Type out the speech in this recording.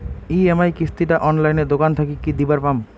EMI কিস্তি টা অনলাইনে দোকান থাকি কি দিবার পাম?